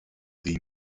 the